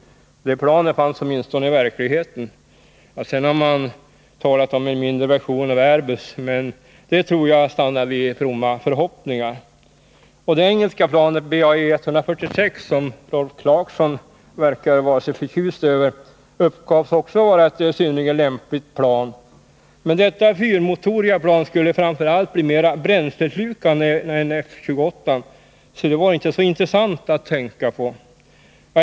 Det planet fanns åtminstone i verkligheten. Sedan har man talat om en mindre version av Airbus, men det tror jag stannade vid fromma förhoppningar. Det engelska planet BAe 146, som Rolf Clarkson verkar så förtjust i, uppgavs också vara synnerligen lämpligt. Men detta fyrmotoriga plan skulle framför allt bli mera bränsleslukande än F 28, så det var inte så intressant att tänka på.